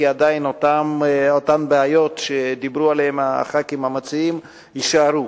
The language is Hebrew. עדיין אותן בעיות שדיברו עליהן חברי הכנסת המציעים יישארו.